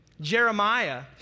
Jeremiah